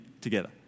together